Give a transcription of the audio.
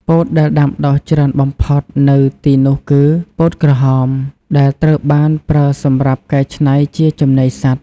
ពោតដែលដាំដុះច្រើនបំផុតនៅទីនោះគឺ ពោតក្រហម ដែលត្រូវបានប្រើសម្រាប់កែច្នៃជាចំណីសត្វ។